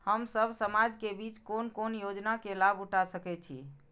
हम सब समाज के बीच कोन कोन योजना के लाभ उठा सके छी?